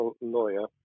lawyer